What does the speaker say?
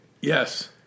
Yes